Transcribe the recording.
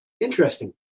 interesting